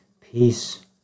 peace